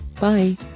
Bye